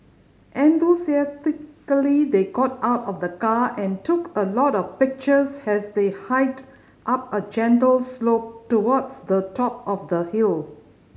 enthusiastically they got out of the car and took a lot of pictures has they hiked up a gentle slope towards the top of the hill